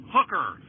Hooker